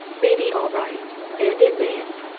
may be all right and it mayn't.